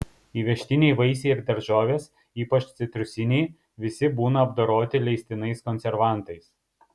įvežtiniai vaisiai ir daržovės ypač citrusiniai visi būna apdoroti leistinais konservantais